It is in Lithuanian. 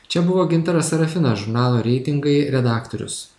čia buvo gintaras sarafinas žurnalo reitingai redaktorius